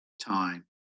time